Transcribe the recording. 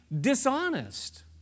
dishonest